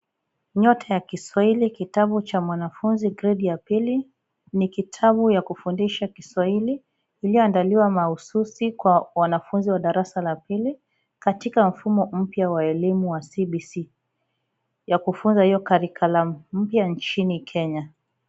Nyota ya Kiswahili kitabu cha mwanafunzi gredi ya pili, ni kitabu ya kufundisha Kiswahili, iliyoandaliwa mahususi kwa wanafunzi wa darasa la pili katika mfumo mpya wa elimu ya cbc ya kufunza hio curriculum mpya nchini Kenya.